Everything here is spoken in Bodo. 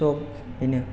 स' बेनो